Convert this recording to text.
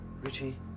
Richie